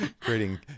creating